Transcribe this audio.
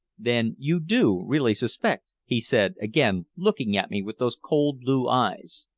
then you do really suspect? he said, again looking at me with those cold, blue eyes.